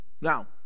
Now